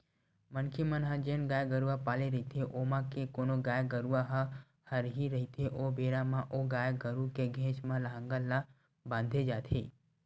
मनखे मन ह जेन गाय गरुवा पाले रहिथे ओमा के कोनो गाय गरुवा ह हरही रहिथे ओ बेरा म ओ गाय गरु के घेंच म लांहगर ला बांधे जाथे